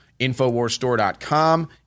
InfoWarsStore.com